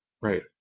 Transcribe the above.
right